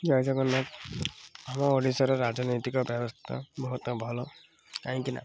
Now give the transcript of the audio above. ଜୟ ଜଗନ୍ନାଥ ଆମ ଓଡ଼ିଶାର ରାଜନୈତିକ ବ୍ୟବସ୍ଥା ବହୁତ ଭଲ କାହିଁକି ନା